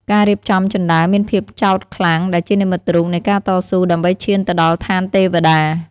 ការរៀបចំជណ្តើរមានភាពចោទខ្លាំង ដែលជានិមិត្តរូបនៃការតស៊ូដើម្បីឈានទៅដល់ឋានទេវតា។